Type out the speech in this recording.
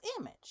image